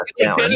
down